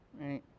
Right